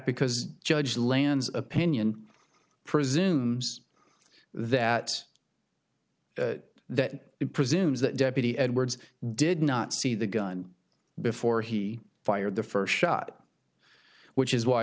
because judge lands opinion presume that that presumes that deputy edwards did not see the gun before he fired the first shot which is why